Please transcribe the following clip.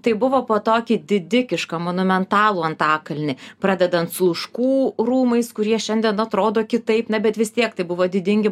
tai buvo po tokį didikišką monumentalų antakalnį pradedant sluškų rūmais kurie šiandien atrodo kitaip na bet vis tiek tai buvo didingi